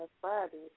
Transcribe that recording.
Friday